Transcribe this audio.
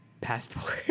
passport